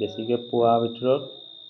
বেছিকৈ পোৱাৰ ভিতৰত